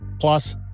Plus